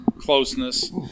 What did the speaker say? closeness